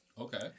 Okay